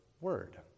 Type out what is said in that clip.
word